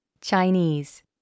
Chinese